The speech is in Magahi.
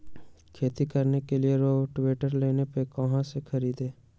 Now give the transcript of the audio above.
खेती करने के लिए रोटावेटर लोन पर कहाँ से खरीदे?